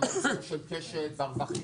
והמחזור של קשת גבוה,